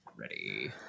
ready